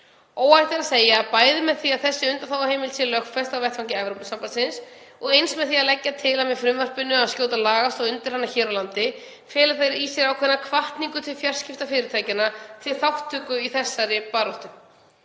Óhætt er að segja að bæði með því að þessi undanþáguheimild sé lögfest á vettvangi Evrópusambandsins og eins með því að leggja til með frumvarpinu að skjóta lagastoð undir hana hér á landi, feli það í sér ákveðna hvatningu til fjarskiptafyrirtækjanna til þátttöku í þessari baráttu.